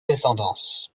descendance